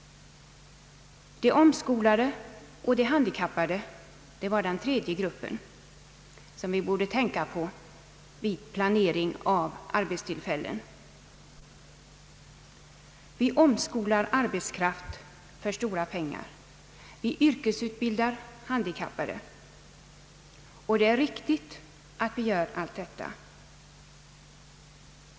De omskolade och de handikappade är den tredje gruppen som vi bör tänka på vid planering av arbetstillfällen. Vi omskolar arbetskraft för stora pengar, vi yrkesutbildar handikappade — och det är riktigt att vi gör allt detta.